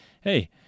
hey